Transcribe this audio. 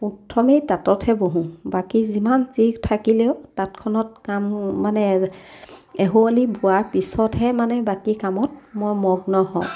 প্ৰথমেই তাঁততহে বহোঁ বাকী যিমান যি থাকিলেও তাঁতখনত কাম মানে এহোৱালি বোৱাৰ পিছতহে মানে বাকী কামত মই মগ্ন নহওঁ